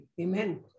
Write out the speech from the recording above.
Amen